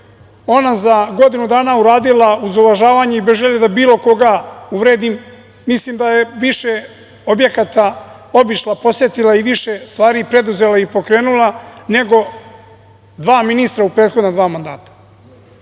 ona za godinu dana uradila, uz uvažavanje i bez želje da bilo koga uvredim, mislim da je više objekata obišla, posetila i više stvari preduzela i pokrenula, nego dva ministra u prethodna dva mandata.